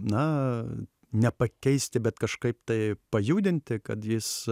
na nepakeisti bet kažkaip tai pajudinti kad jis